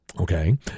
Okay